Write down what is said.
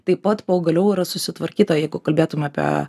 taip pat pagaliau yra susitvarkyta jeigu kalbėtume apie